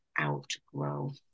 outgrow